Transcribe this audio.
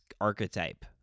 archetype